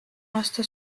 aasta